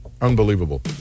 Unbelievable